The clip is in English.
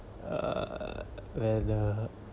err where the